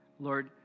Lord